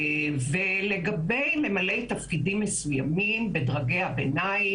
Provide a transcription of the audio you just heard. לגבי ממלאי תפקידים מסוימים בדרגי הביניים,